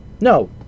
No